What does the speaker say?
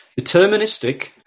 deterministic